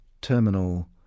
terminal